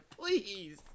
please